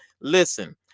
listen